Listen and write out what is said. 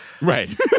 right